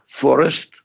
forest